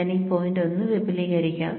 ഞാൻ ഈ പോയിന്റ് ഒന്ന് വിപുലീകരിക്കാം